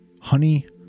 honey